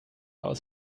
aus